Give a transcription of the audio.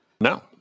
No